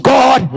God